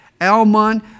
Almon